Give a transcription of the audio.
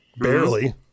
Barely